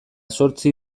zortzi